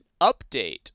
update